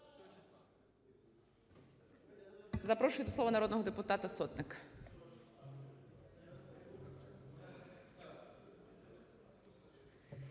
запрошую до слова народного депутата Іллєнка.